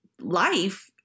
life